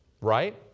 right